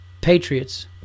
Patriots